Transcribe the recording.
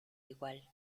igual